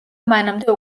მანამდე